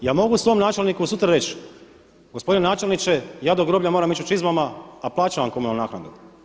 Ja mogu svom načelniku sutra reći – gospodine načelniče, ja do groblja moram ići u čizmama, a plaćam vam komunalnu naknadu.